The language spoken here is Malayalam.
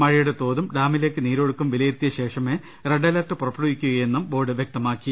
മഴയുടെ തോതും ഡാമിലേക്ക് നീരൊഴുക്കും വിലയിരുത്തിയ ശേഷമേ റെഡ് അലർട് പുറപ്പെടുവിക്കൂയെന്നും ബോർഡ് വ്യക്തമാക്കി